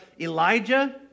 Elijah